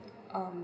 um